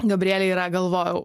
gabrielė yra galvojau